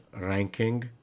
ranking